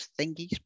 thingies